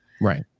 Right